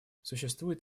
существует